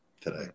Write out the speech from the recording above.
today